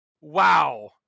Wow